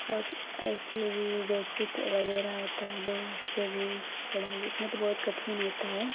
और ऐसे भी बेडशीट वग़ैरह होती है जो उसपर भी कढ़ाई इसमें तो बहुत कठिन होती है